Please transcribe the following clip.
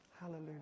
Hallelujah